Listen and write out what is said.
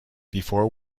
before